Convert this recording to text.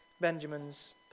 Benjamin's